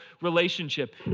relationship